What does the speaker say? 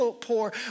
poor